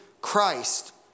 Christ